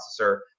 processor